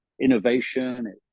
innovation